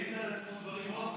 אין להן סיבה מוצדקת